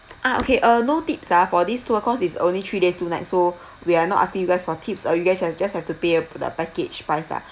ah okay uh no tips ah for this tour cause it's only three days two night so we are not asking you guys for tips uh you guys have just have to pay up the package price lah